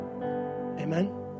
Amen